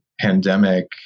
pandemic